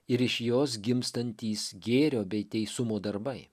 ir iš jos gimstantys gėrio bei teisumo darbai